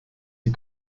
die